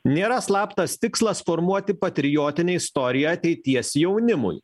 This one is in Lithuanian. nėra slaptas tikslas formuoti patriotinę istoriją ateities jaunimui